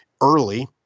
early